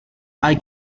hay